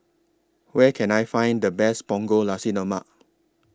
Where Can I Find The Best Punggol Nasi Lemak